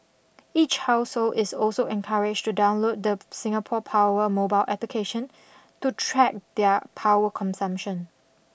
each household is also encouraged to download the Singapore power mobile application to track their power consumption